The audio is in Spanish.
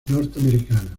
norteamericana